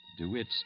DeWitt